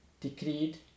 decreed